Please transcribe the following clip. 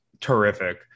terrific